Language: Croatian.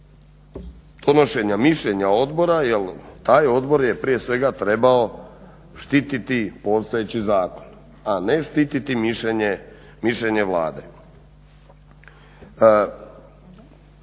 donošenja mišljenja odbora, jer taj odbor je prije svega trebao štititi postojeći zakon, a ne štititi mišljenje Vlade.